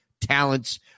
talents